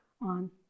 on